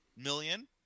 million